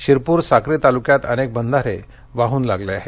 शिरपूर साक्री तालुक्यात अनेक बंधारे भरुन वाहू लागले आहेत